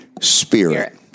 spirit